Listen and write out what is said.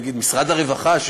משרד הרווחה,